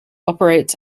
operates